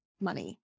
money